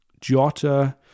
jota